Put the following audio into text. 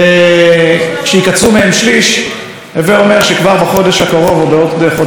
הווה אומר שכבר בחודש הקרוב או בעוד חודשיים הוא ישתחרר מן הכלא.